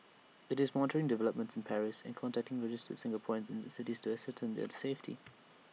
it's monitoring developments in Paris and contacting registered Singaporeans in the city to ascertain their safety